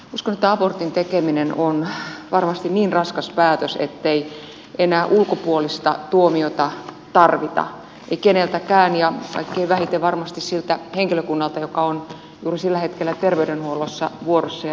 uskon että abortin tekeminen on varmasti niin raskas päätös ettei enää ulkopuolista tuomiota tarvita ei keneltäkään ja kaikkein vähiten varmasti siltä henkilökunnalta joka on juuri sillä hetkellä terveydenhuollossa vuorossa ja töissä